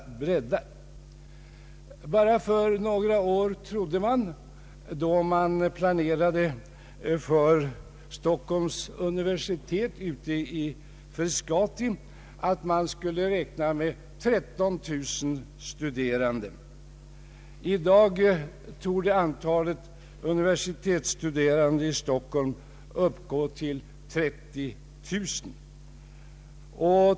Så sent som för några år sedan då man planerade för Stockholms universitet ute i Frescati räknade man där med 13 000 studerande. I dag torde antalet universitetsstuderande enbart i Stockholm uppgå till 30 000.